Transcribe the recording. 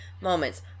moments